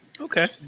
Okay